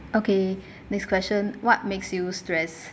okay next question what makes you stress